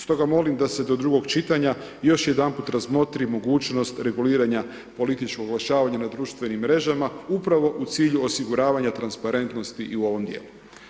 Stoga molim da se do drugog čitanja još jedanput razmotri mogućnost reguliranja političkog oglašavanja na društvenim mrežama upravo u cilju osiguravanja transparentnosti i u ovom djelu.